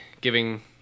giving